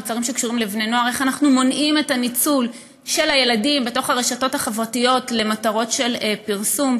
איך אנחנו מונעים את הניצול של הילדים ברשתות החברתיות למטרות של פרסום.